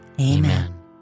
Amen